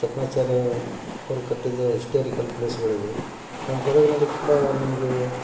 ಜಕಣಾಚಾರ್ಯ ಅವರು ಕಟ್ಟಿದ ಇಸ್ಟೋರಿಕಲ್ ಪ್ಲೇಸುಗಳಿವೆ ನಮ್ಮ ಗದಗಿನಲ್ಲಿ ಕೂಡ ನಿಮಗೆ